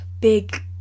big